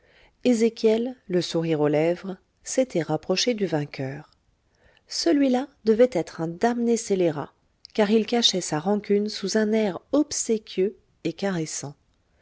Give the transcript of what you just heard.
ezéchiel le sourire aux lèvres s'était rapproché du vainqueur celui-là devait être un damné scélérat car il cachait sa rancune sous un air obséquieux et caressant